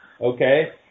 okay